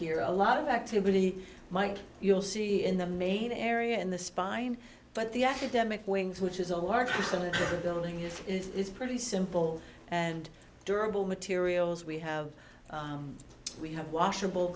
here a lot of activity mike you'll see in the main area and the spine but the academic wings which is a large facility building if it's pretty simple and durable materials we have we have washable